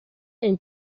and